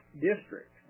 district